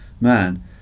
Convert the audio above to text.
man